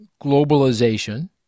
globalization